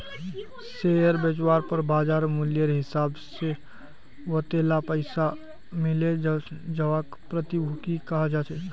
share बेचवार पर बाज़ार मूल्येर हिसाब से वतेला पैसा मिले जवाक प्रतिभूति कह छेक